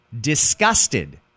disgusted